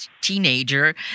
teenager